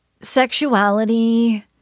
Sexuality